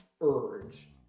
urge